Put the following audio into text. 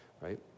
right